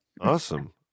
Awesome